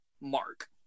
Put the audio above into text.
mark